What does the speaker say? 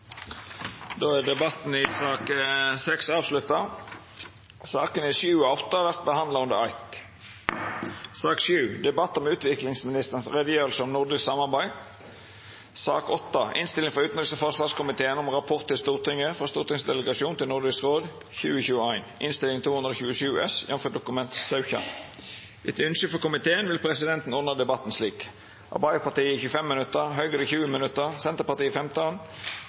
Då er debatten i sak nr. 6 avslutta. Sakene nr. 7 og 8 vert behandla under eitt. Etter ynske frå komiteen vil presidenten ordna debatten slik: Arbeidarpartiet 25 minutt, Høgre 20 minutt, Senterpartiet 15